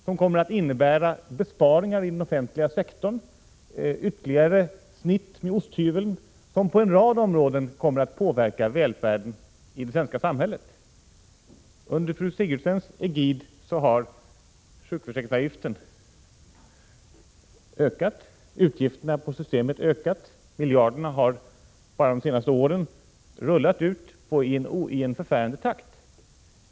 Det kommer att framtvinga besparingar inom den offentliga sektorn, ytterligare snitt med osthyveln, och .på en rad områden påverka välfärden i det svenska samhället. Under fru Sigurdsens egid har sjukförsäkringsavgiften ökat och utgifterna för systemet ökat. Miljarderna har de senaste åren rullat i en förfärande takt.